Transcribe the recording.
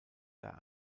der